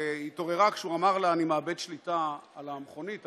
והתעוררה כשהוא אמר לה: אני מאבד שליטה על המכונית,